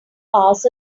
hours